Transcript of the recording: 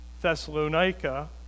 Thessalonica